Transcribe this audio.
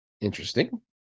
Interesting